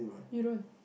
you don't